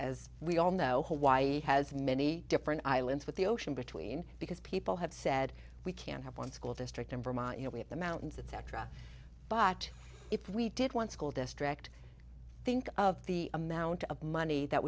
as we all know hawaii has many different islands with the ocean between because people have said we can have one school district in vermont you know we have the mountains etc but if we did one school district think of the amount of money that